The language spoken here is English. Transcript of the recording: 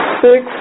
six